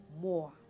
more